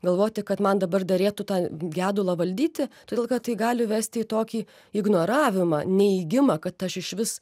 galvoti kad man dabar derėtų tą gedulą valdyti todėl kad tai gali vesti į tokį ignoravimą neigimą kad aš išvis